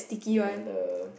and then the